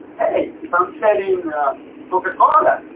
hey, if i'm selling coca-cola,